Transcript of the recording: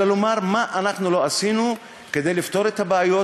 אלא לומר מה אנחנו לא עשינו כדי לפתור את הבעיות,